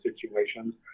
situations